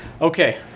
Okay